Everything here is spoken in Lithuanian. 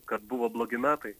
kad buvo blogi metai